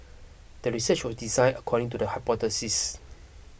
the research was design according to the hypothesis